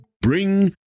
Bring